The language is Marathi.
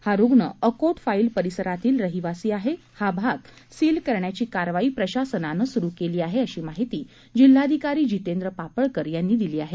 हा रुग्ण अकोट फाईल परिसरातील रहिवासी आहे हा भाग ही सील करण्याची कारवाई प्रशासनाने सुरू केली आहे अशी माहिती जिल्हाधिकारी जितेंद्र पापळकर यांनी दिली आहे